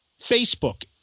Facebook